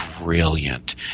brilliant